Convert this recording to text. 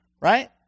right